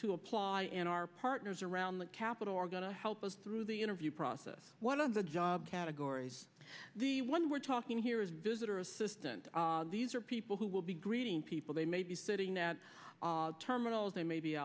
to apply and our partners around the capitol are going to help us through the interview process one of the job categories the one we're talking here is visitor assistant these are people who will be greeting people they may be sitting at terminals they may be